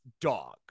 dog